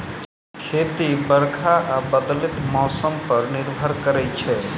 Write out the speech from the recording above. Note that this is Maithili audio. खेती बरखा आ बदलैत मौसम पर निर्भर करै छै